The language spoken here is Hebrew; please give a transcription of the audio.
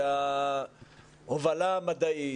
זה ההובלה המדעית,